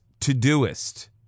Todoist